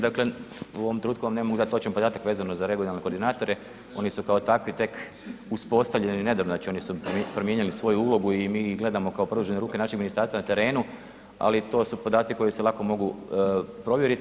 Dakle u ovom trenutku vam ne mogu dati točan podatak vezano za regionalne koordinatore, oni su kao takvi tek uspostavljeni nedavno, znači oni su promijenili svoju ulogu i mi ih gledamo kao produžene ruke našeg ministarstva na terenu ali to su podaci koji se lako mogu provjeriti.